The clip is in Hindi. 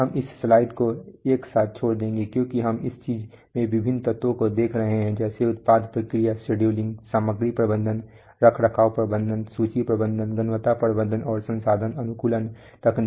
हम इस स्लाइड को एक साथ छोड़ देंगे क्योंकि हम इस चीज़ में विभिन्न तत्वों को देख रहे हैं जैसे उत्पाद प्रक्रिया शेड्यूलिंग सामग्री प्रबंधन रखरखाव प्रबंधन सूची प्रबंधन गुणवत्ता प्रबंधन और संसाधन अनुकूलन तकनीकी